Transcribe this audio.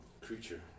creature